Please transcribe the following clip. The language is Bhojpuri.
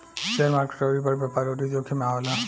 सेयर मार्केट अउरी बड़ व्यापार अउरी जोखिम मे आवेला